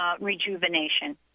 rejuvenation